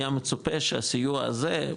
היה מצופה שהסיוע הזה,